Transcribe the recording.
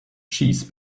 cheese